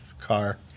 car